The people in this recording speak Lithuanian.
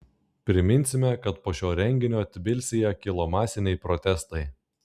priminsime kad po šio renginio tbilisyje kilo masiniai protestai